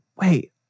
wait